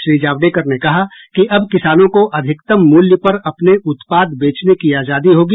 श्री जावड़ेकर ने कहा कि अब किसानों को अधिकतम मूल्य पर अपने उत्पाद बेचने की आजादी होगी